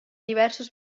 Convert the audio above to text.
diversos